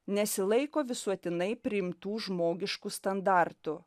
nesilaiko visuotinai priimtų žmogiškų standartų